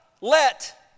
let